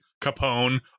Capone